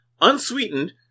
unsweetened